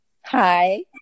Hi